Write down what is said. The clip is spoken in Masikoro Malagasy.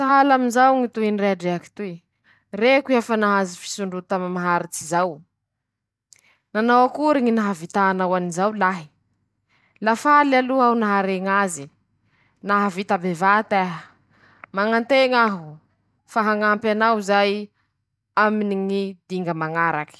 La marina tokoa lahy raha nivolañinao mombany ñysqary mihetsiky iñe, la soa rah'eñy ro nahataitsy ahy hatraminy ñy farany ;ñy tantara la nandramby ñy saiko, ñy fomba nanaovany mpihisa azy koa nahafinaritsy ahy.